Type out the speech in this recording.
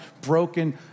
broken